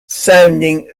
sounding